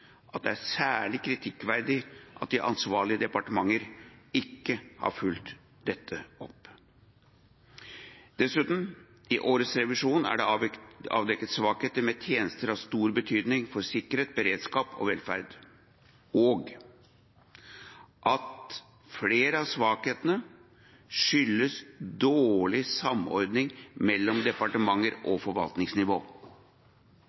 at det er særlig kritikkverdig at de ansvarlige departementer ikke har fulgt dette opp. Dessuten er det i årets revisjon avdekket svakheter med tjenester av stor betydning for sikkerhet, beredskap og velferd og at flere av svakhetene skyldes dårlig samordning mellom departementer og